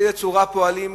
באיזו צורה פועלים,